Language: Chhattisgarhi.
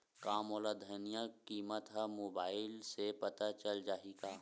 का मोला धनिया किमत ह मुबाइल से पता चल जाही का?